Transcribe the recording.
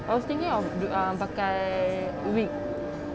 I was thinking of err pakai wig